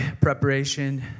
preparation